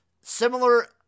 Similar